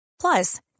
Plus